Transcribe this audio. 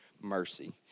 mercy